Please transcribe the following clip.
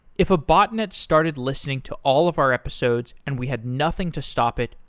if a botnet started listening to all of our episodes and we had nothing to stop it,